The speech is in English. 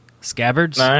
Scabbards